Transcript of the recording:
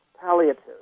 palliative